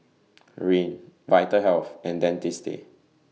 Rene Vitahealth and Dentiste